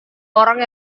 orang